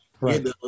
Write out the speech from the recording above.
right